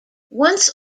once